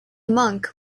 monk